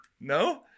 No